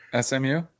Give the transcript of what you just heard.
SMU